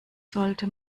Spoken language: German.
sollte